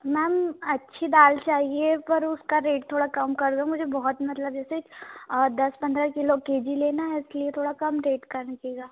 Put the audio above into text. ma'am अच्छी दाल चाहिए पर उसका रेट थोड़ा कम कर दो मुझे बहुत मतलब जैसे दस पन्द्रह किलो के जी लेना है इसलिए थोड़ा कम रेट कर दीजिएगा